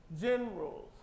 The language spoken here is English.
generals